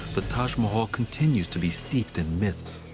the taj mahal continues to be steeped in myths,